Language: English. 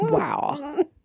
Wow